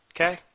Okay